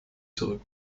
zurück